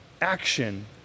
action